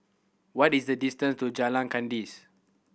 what is the distance to Jalan Kandis